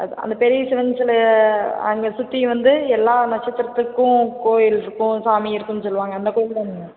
அந்த பெரிய சிவன் சிலைய அங்கே சுற்றி வந்து எல்லா நட்சத்திரத்துக்கும் கோயில் இருக்கும் சாமி இருக்கும்னு சொல்லுவாங்க அந்த கோயில்தானுங்க